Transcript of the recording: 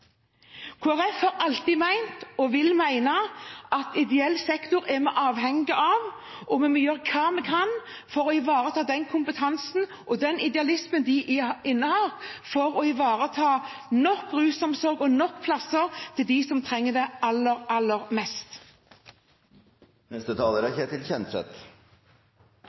har alltid ment, og vil mene, at vi er avhengig av ideell sektor. Vi må gjøre alt vi kan for å ivareta den kompetansen og den idealismen de innehar for å ivareta nok rusomsorg og nok plasser til dem som trenger det aller, aller mest. For Venstre er